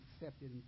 accepted